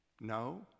No